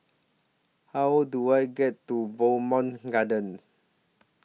How Do I get to Bowmont Gardens